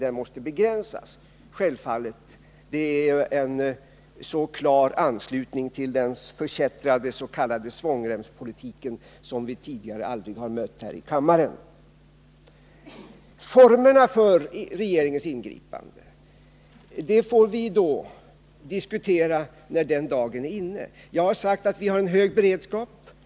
Ja, självfallet. Detta är en klar anslutning till den förkättrade s.k. svångremspolitiken som vi tidigare aldrig har mött här i kammaren. Formerna för regeringens ingripande får vi diskutera när den dagen är inne. Jag har sagt att vi har en hög beredskap.